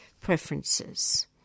preferences